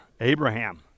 Abraham